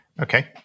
Okay